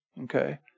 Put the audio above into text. Okay